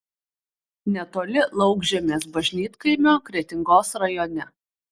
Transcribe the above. netoli laukžemės bažnytkaimio kretingos rajone